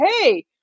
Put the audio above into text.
hey